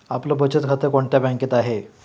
आपलं बचत खातं कोणत्या बँकेत आहे?